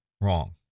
wrong